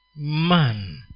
man